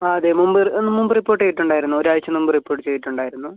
ആ അതെ മുമ്പ് മുമ്പ് റിപ്പോർട്ട് ചെയ്തിട്ടുണ്ടായിരുന്നു ഒരാഴ്ച മുമ്പ് റിപ്പോർട്ട് ചെയ്തിട്ടുണ്ടായിരുന്നു